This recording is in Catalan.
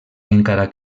encara